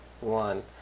one